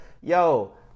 yo